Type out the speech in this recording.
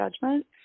judgment